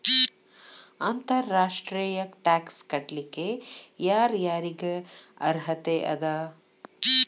ಅಂತರ್ ರಾಷ್ಟ್ರೇಯ ಟ್ಯಾಕ್ಸ್ ಕಟ್ಲಿಕ್ಕೆ ಯರ್ ಯಾರಿಗ್ ಅರ್ಹತೆ ಅದ?